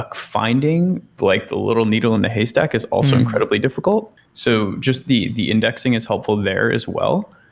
ah finding like the little needle in the haystack is also incredibly difficult. so just the the indexing is helpful there as well,